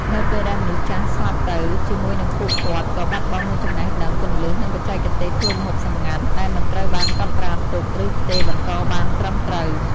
នៅពេលដែលមនុស្សចាស់ស្លាប់ទៅ ជាមួយនឹងពួកគាត់ក៏បាត់បង់នូវចំណេះដឹង គន្លឹះ និងបច្ចេកទេសធ្វើម្ហូបសម្ងាត់ ដែលមិនត្រូវបានកត់ត្រាទុក ឬផ្ទេរបន្តបានត្រឹមត្រូវ។